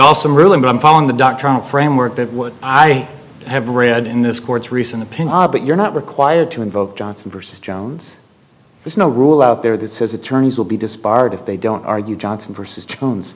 also really been following the doctrine framework that would i have read in this court's recent opinion are but you're not required to invoke johnson versus jones there's no rule out there that says attorneys will be disbarred if they don't argue johnson versus tones